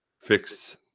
fix